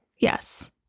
Yes